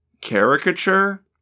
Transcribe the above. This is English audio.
caricature